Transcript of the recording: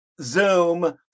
Zoom